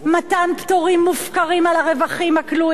מתן פטורים מופקרים על הרווחים הכלואים,